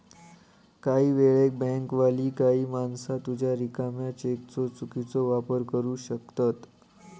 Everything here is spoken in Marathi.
काही वेळेक बँकवाली काही माणसा तुझ्या रिकाम्या चेकचो चुकीचो वापर करू शकतत